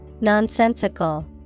Nonsensical